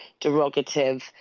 derogative